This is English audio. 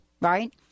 Right